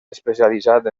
especialitzat